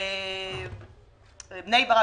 ובבני ברק